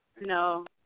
no